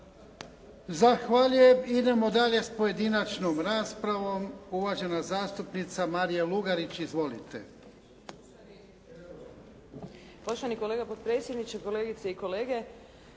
Zahvaljujem. Idemo dalje sa pojedinačnom raspravom. Uvažena zastupnica Marija Lugarić. Izvolite.